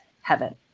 heaven